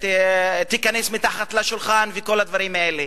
תיכנס מתחת לשולחן, וכל הדברים האלה.